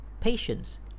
patience